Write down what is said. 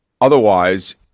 Otherwise